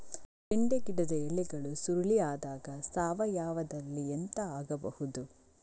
ಬೆಂಡೆ ಗಿಡದ ಎಲೆಗಳು ಸುರುಳಿ ಆದಾಗ ಸಾವಯವದಲ್ಲಿ ಎಂತ ಹಾಕಬಹುದು?